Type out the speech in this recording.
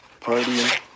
partying